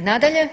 Nadalje,